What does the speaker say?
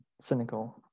cynical